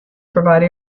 provide